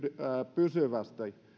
pysyvästi